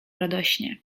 radośnie